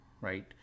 right